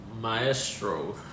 maestro